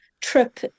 trip